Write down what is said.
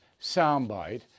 soundbite